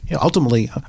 ultimately